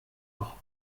noch